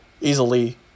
easily